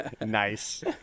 nice